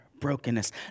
brokenness